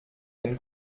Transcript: den